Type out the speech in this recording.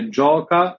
gioca